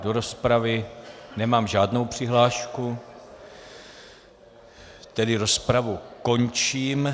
Do rozpravy nemám žádnou přihlášku, tedy rozpravu končím.